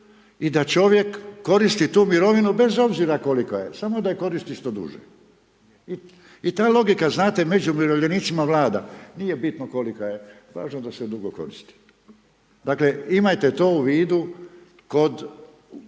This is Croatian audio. i da čovjek koristi tu mirovinu bez obzira kolika je, samo da je koristi što duže i ta logika znate među umirovljenicima vlada, nije bitno koliko je, važno da se dugo koristi. Dakle, imajte to u vidu kod